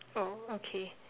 oh okay